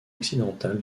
occidental